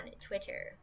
Twitter